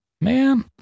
man